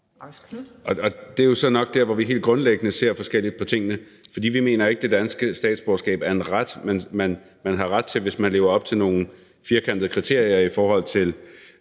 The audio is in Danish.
Det er jo så nok der, hvor vi helt grundlæggende ser forskelligt på tingene. For vi mener ikke, at det danske statsborgerskab er en ret, man har, altså noget, man har ret til, hvis man lever op til nogle firkantede kriterier, i forhold til